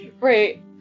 right